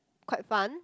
quite fun